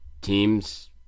teams